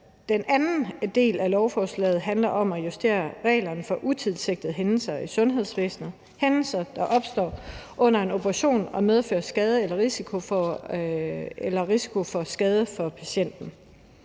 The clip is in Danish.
Den anden del af lovforslaget handler om at justere reglerne for utilsigtede hændelser i sundhedsvæsenet – hændelser, der opstår under en operation og medfører skade eller risiko for skade for patienten.